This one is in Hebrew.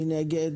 מי נגד?